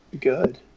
good